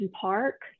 park